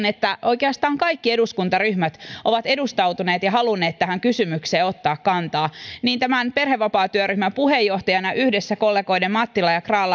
että oikeastaan kaikki eduskuntaryhmät ovat edustautuneet ja halunneet tähän kysymykseen ottaa kantaa niin tämän perhevapaatyöryhmän puheenjohtajana yhdessä kollegoiden mattila ja grahn